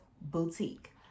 Boutique